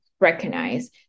recognize